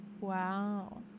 wow